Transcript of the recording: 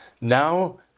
now